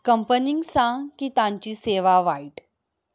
कंपनींक सांग की तांची सेवा वायट